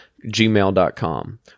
gmail.com